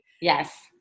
Yes